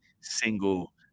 single